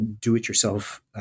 do-it-yourself